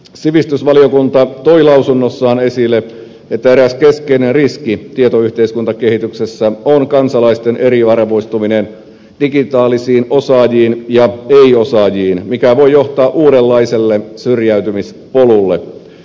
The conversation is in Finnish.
sivistysvaliokunta toi lausunnossaan esille että eräs keskeinen riski tietoyhteiskuntakehityksessä on kansalaisten eriarvoistuminen digitaalisiin osaajiin ja ei osaajiin mikä voi johtaa uudenlaiselle syrjäytymispolulle